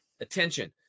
attention